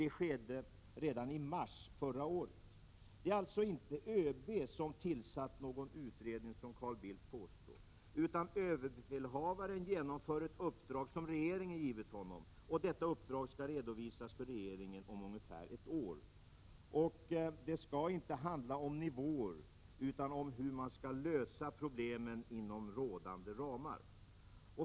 Det skedde redan i mars förra året. Det är alltså inte överbefälhavaren som har tillsatt någon utredning, som Carl Bildt påstod. Överbefälhavaren genomför ett uppdrag som regeringen har gett honom, och detta uppdrag skall redovisas för regeringen om ungefär ett år. Det skall inte handla om nivåer utan om hur problemen skall lösas inom rådande ramar.